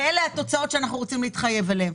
ואלו התוצאות שאנחנו רוצים להתחייב אליהן.